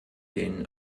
den